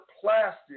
plastic